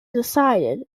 decided